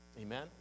Amen